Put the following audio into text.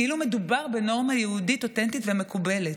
כאילו מדובר בנורמה יהודית אותנטית מקובלת".